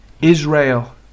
Israel